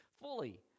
Fully